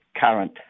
current